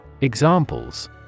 Examples